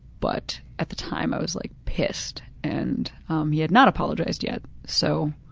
but at the time i was like pissed and um he had not apologized yet. so